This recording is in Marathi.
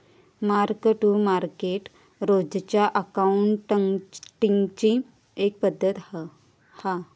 मार्क टू मार्केट रोजच्या अकाउंटींगची एक पद्धत हा